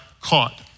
caught